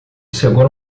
segura